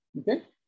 Okay